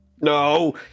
No